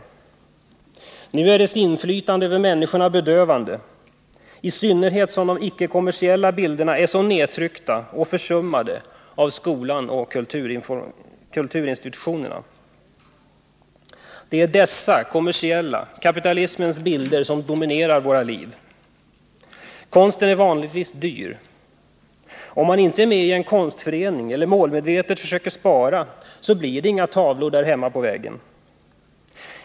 Nu är dess inflytande över människorna bedövande, i synnerhet som de icke-kommersiella bilderna är så nedtryckta och försummade av skolan och kulturinstitutionerna.” Det är dessa kapitalismens kommersiella bilder som dominerar våra liv. Konsten är vanligtvis dyr. Om man inte är med i en konstförening eller målmedvetet försöker spara så blir det inga tavlor på väggen där hemma.